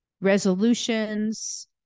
resolutions